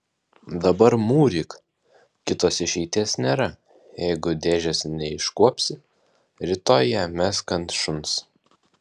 dabar mūryk kitos išeities nėra jeigu dėžės neiškuopsi rytoj ją mesk ant šuns